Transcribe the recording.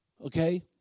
Okay